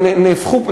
נהפכו פה,